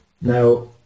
now